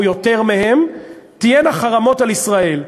או יותר מהם, יהיו חרמות על ישראל.